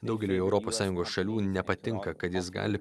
daugeliui europos sąjungos šalių nepatinka kad jis gali